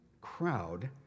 crowd